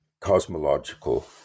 cosmological